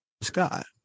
Scott